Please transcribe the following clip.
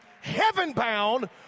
heaven-bound